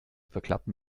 verklappen